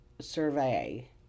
survey